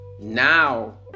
now